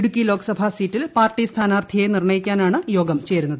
ഇടുക്കി ലോക്സഭാ സീറ്റിൽ പാർട്ടി സ്ഥാനാർത്ഥിയെ നിർണ്ണയിക്കാനാണ് യോഗം ചേരുന്നത്